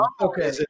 Okay